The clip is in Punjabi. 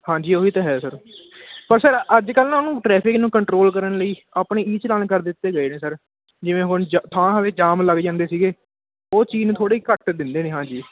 ਹਾਂਜੀ ਉਹੀ ਤਾਂ ਹੈ ਸਰ ਪਰ ਸਰ ਅੱਜ ਕੱਲ੍ਹ ਨਾ ਉਹਨੂੰ ਟਰੈਫਿਕ ਨੂੰ ਕੰਟਰੋਲ ਕਰਨ ਲਈ ਆਪਣੇ ਈ ਚਲਾਣ ਕਰ ਦਿੱਤੇ ਗਏ ਨੇ ਸਰ ਜਿਵੇਂ ਹੁਣ ਥਾਂ ਹੋਵੇ ਜਾਮ ਲੱਗ ਜਾਂਦੇ ਸੀਗੇ ਉਹ ਚੀਜ਼ ਨੂੰ ਥੋੜ੍ਹੀ ਘੱਟ ਦਿੰਦੇ ਨੇ ਹਾਂਜੀ